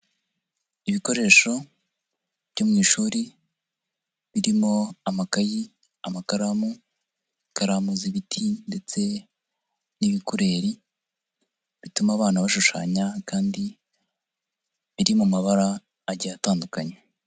Ibikoresho byo mu ishuri birimo amakayi, amakaramu, ikaramu z'ibiti ndetse n'ibikureri bituma abana bashushanya kandi biri mu mabara agiye atandukanye.